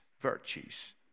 virtues